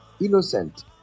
innocent